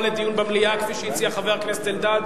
לדיון במליאה כפי שהציע חבר הכנסת אלדד,